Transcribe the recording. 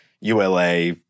ULA